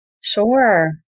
Sure